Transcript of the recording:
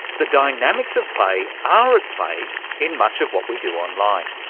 the dynamics of play ah are at play in much of what we do online.